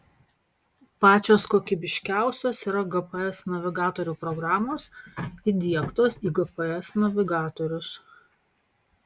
pačios kokybiškiausios yra gps navigatorių programos įdiegtos į gps navigatorius